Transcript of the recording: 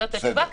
זאת התשובה.